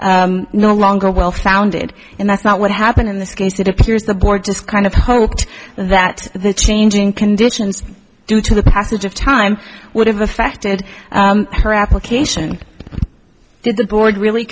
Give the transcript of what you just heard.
fear no longer well founded and that's not what happened in this case it appears the board just kind of hoped that the changing conditions due to the passage of time would have affected her application did the board really